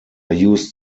used